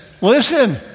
listen